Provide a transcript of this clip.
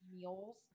meals